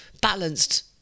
balanced